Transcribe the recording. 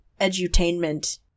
edutainment